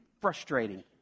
frustrating